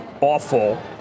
awful